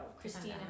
Christine